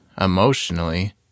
emotionally